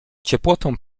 ciepłotą